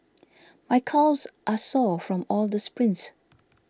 my calves are sore from all the sprints